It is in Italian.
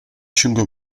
cinque